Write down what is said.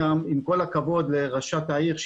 עם כל הכבוד לראשת העיר,